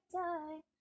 time